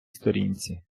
сторінці